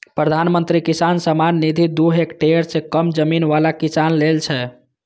प्रधानमंत्री किसान सम्मान निधि दू हेक्टेयर सं कम जमीन बला किसान लेल छै